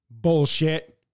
bullshit